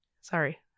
Sorry